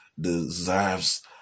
deserves